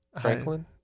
Franklin